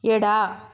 ಎಡ